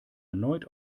erneut